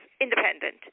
independent